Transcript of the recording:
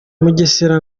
mugesera